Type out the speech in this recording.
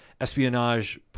espionage